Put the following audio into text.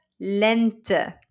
lente